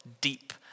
deep